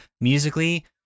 musically